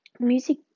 Music